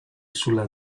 sulla